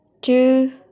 two